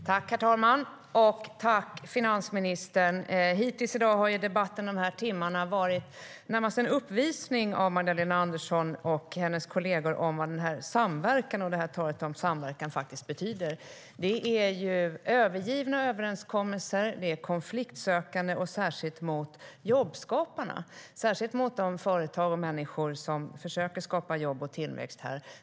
Herr talman! Tack, finansministern! Hittills i dag har debatten varit närmast en uppvisning av Magdalena Andersson och hennes kolleger av vad samverkan och talet om samverkan faktiskt betyder. Det betyder övergivna överenskommelser och konfliktsökande - särskilt mot jobbskaparna, särskilt mot de företag och människor som försöker skapa jobb och tillväxt.